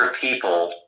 people